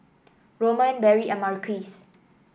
Roman Berry and Marquise